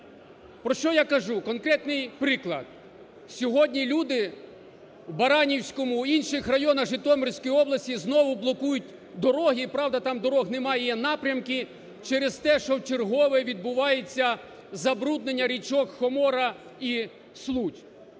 Про що я кажу, конкретний приклад. Сьогодні люди в Баранівському і в інших районах Житомирської області знову блокують дороги, правда, там доріг немає – є напрямки, через те, що вчергове відбувається забруднення річок Хомора і Случ.